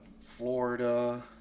Florida